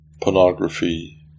pornography